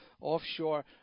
offshore